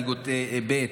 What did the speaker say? ליגות ב',